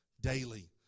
Daily